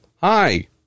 Hi